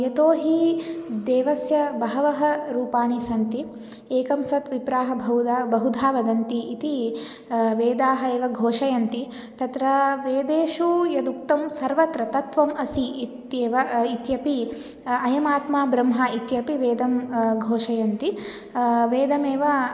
यतो हि देवस्य बहवः रूपाणि सन्ति एकं सत् विप्राः बहुधा बहुधा वदन्ति इति वेदाः एव घोषयन्ति तत्र वेदेषु यद् उक्तं सर्वत्र तत्वम् असि इत्येव इत्यपि अयमात्मा ब्रह्म इत्यपि वेदं घोषयन्ति वेदमेव